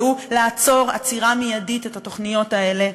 והוא לעצור מייד את התוכניות האלה.